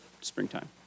springtime